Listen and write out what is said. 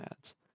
ads